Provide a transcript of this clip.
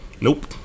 Nope